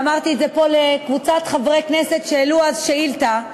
ואמרתי את זה פה לקבוצת חברי כנסת שהעלו אז שאילתה.